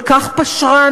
כל כך פשרן.